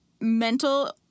mental